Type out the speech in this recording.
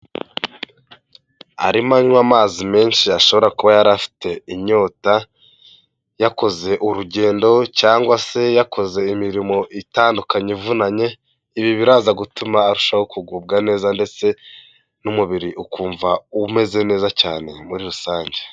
Arimo anywa amazi menshi ya ashobora kuba yari afite inyota, yakoze urugendo cyangwa se yakoze imirimo itandukanye ivunanye, ibi biraza gutuma arushaho kugubwa neza ndetse n'umubiri ukumva umeze neza cyane muri rusange.